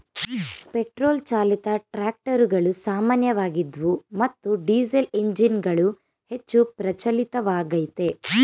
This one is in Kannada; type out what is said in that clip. ಪೆಟ್ರೋಲ್ ಚಾಲಿತ ಟ್ರಾಕ್ಟರುಗಳು ಸಾಮಾನ್ಯವಾಗಿದ್ವು ಮತ್ತು ಡೀಸೆಲ್ಎಂಜಿನ್ಗಳು ಹೆಚ್ಚು ಪ್ರಚಲಿತವಾಗಯ್ತೆ